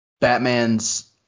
Batman's